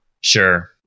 sure